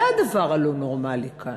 וזה הדבר הלא-נורמלי כאן,